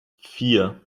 vier